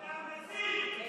אתה מסית.